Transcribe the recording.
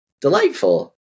delightful